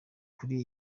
kuri